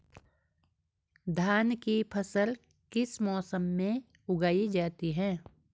धान की फसल किस मौसम में उगाई जाती है?